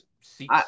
see